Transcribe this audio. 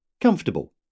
Comfortable